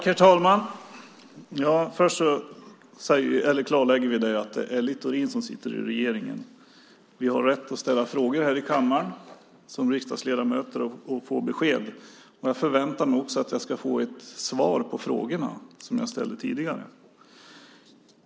Herr talman! Först klarlägger vi att Littorin sitter i regeringen. Vi har rätt att som riksdagsledamöter ställa frågor här i kammaren och få besked. Jag förväntar mig att få svar på de frågor som jag ställde tidigare.